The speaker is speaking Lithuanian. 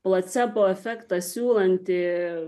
placebo efektą siūlantį